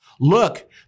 Look